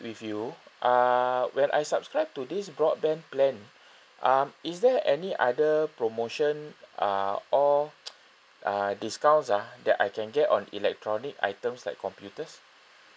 with you uh when I subscribe to this broadband plan um is there any other promotion uh or uh discounts ah that I can get on electronic items like computers